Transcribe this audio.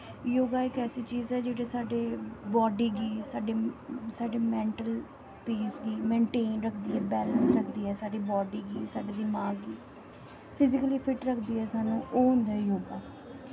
योगा इक ऐसी चीज ऐ साढ़ी बाड्डी गी साढ़ी मैंटल पीस मै वैलैंस रखदी ऐ मेनटेन रखदी ऐ साढ़ी बॉड्डी गी साढ़े दिमाक गी फिज़िकली फिट्ट रखदी ऐ सानूं ओह् होंदा ऐ योगा